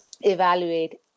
Evaluate